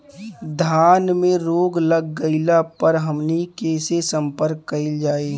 धान में रोग लग गईला पर हमनी के से संपर्क कईल जाई?